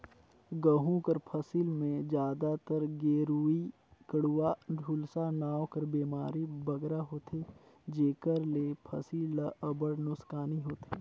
गहूँ कर फसिल में जादातर गेरूई, कंडुवा, झुलसा नांव कर बेमारी बगरा होथे जेकर ले फसिल ल अब्बड़ नोसकानी होथे